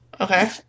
Okay